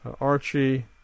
Archie